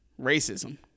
racism